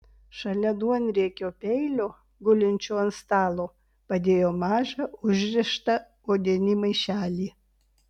šalia duonriekio peilio gulinčio ant stalo padėjo mažą užrištą odinį maišelį